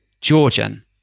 Georgian